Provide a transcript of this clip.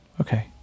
okay